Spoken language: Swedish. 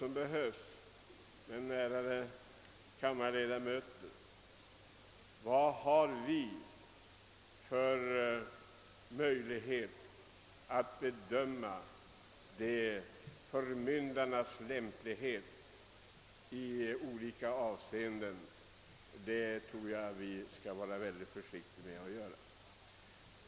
Men, ärade kammarledamöter, vilka möjligheter har vi att bedöma förmyndarnas lämplighet i olika avseenden? Jag tror vi skall vara väldigt försiktiga därvidlag.